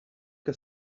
què